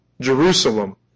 Jerusalem